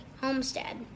Homestead